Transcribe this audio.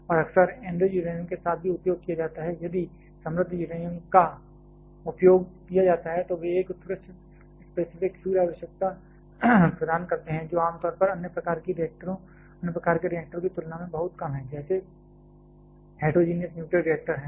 और अक्सर enriched uranium के साथ भी उपयोग किया जाता है और यदि समृद्ध यूरेनियम का उपयोग किया जाता है तो वे एक उत्कृष्ट स्पेसिफिक फ्यूल आवश्यकता प्रदान करते हैं जो आम तौर पर अन्य प्रकार के रिएक्टरों की तुलना में बहुत कम है जैसे हेटेरोजेनियस न्यूक्लियर रिएक्टर हैं